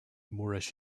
moorish